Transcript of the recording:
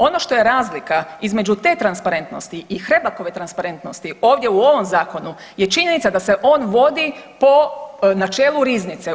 Ono što je razlika između te transparentnosti i Hrebakove transparentnosti ovdje u ovom zakonu je činjenica da se on vodi po načelu riznice.